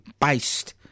based